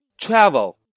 travel